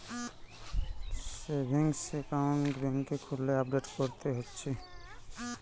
savings account বেংকে খুললে update করতে হতিছে